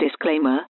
disclaimer